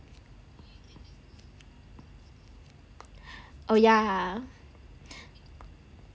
oh yeah